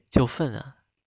九分啊